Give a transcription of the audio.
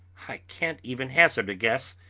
i can't even hazard a guess.